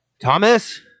Thomas